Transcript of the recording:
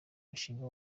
mushinga